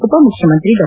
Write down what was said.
ಉಪ ಮುಖ್ಯಮಂತ್ರಿ ಡಾ